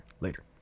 later